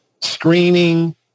screening